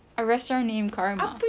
a restaurant named karma